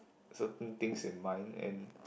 certain things in mind and